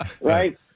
right